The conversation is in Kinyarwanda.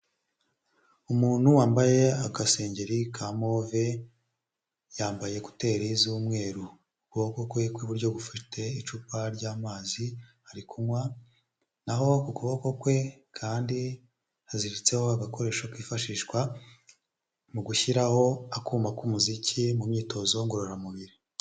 Umuntu wambaye agasengeri ka move, yambaye kuteri z'umweru, ukuboko kwe kw'iburyo gufite icupa ry'amazi ari kunywa, naho ku kuboko kwe kandi haziritseho agakoresho kifashishwa mu gushyiraho akuma k'umuziki mu myitozo ngororamubiri.